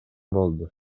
болду